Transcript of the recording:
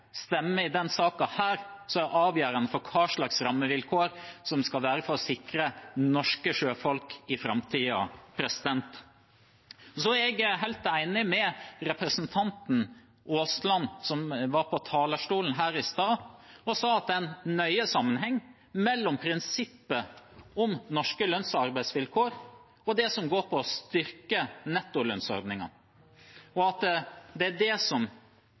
slags rammevilkår som skal sikre norske sjøfolk i framtiden. Jeg er helt enig med representanten Aasland, som var på talerstolen her i stad og sa at det er en nøye sammenheng mellom prinsippet om norske lønns- og arbeidsvilkår og det som går på å styrke nettolønnsordningen, og at det er det som